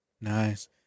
Nice